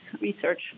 research